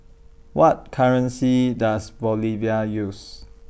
What currency Does Bolivia use